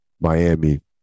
Miami